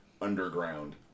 underground